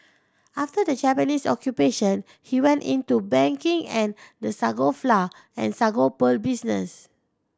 after the Japanese Occupation he went into banking and the sago flour and sago pearl business